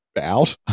out